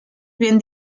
bien